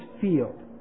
field